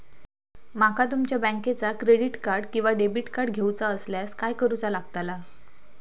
माका तुमच्या बँकेचा क्रेडिट कार्ड किंवा डेबिट कार्ड घेऊचा असल्यास काय करूचा लागताला?